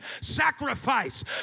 sacrifice